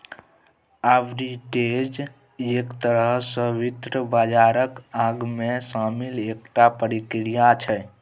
arbitrage एक तरह सँ वित्त बाजारक अंगमे शामिल एकटा प्रक्रिया छै